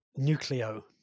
Nucleo